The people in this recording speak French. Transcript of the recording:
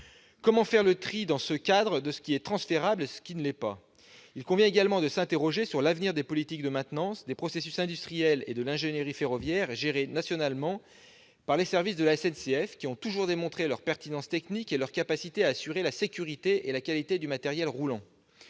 comment faire le tri entre ce qui est transférable et ce qui ne l'est pas ? Il convient également de s'interroger sur l'avenir des politiques de maintenance, des processus industriels et de l'ingénierie ferroviaire gérés nationalement par les services de la SNCF, qui ont toujours démontré leur pertinence technique et leur capacité à assurer la sécurité et la qualité du matériel roulant.